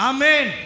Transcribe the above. Amen